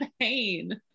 pain